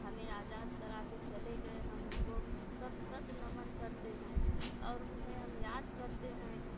हमें आज़ाद करा के चले गए हम उनको सत सत नमन करते हैं और उन्हें हम याद करते हैं कि